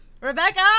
Rebecca